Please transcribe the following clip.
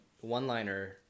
one-liner